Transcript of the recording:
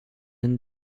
and